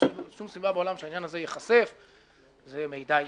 שום סיבה בעולם שהעניין הזה ייחשף ושזה מידע עסקי,